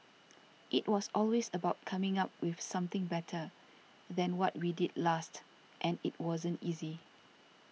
it was always about coming up with something better than what we did last and it wasn't easy